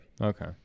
Okay